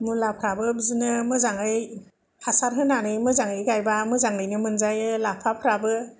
मुलाफ्राबो बिदिनो मोजाङै हासार होनानै मोजाङै गायबा मोजाङैनो मोनजायो लाफाफ्राबो